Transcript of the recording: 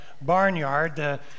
barnyard